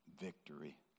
victory